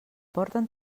porten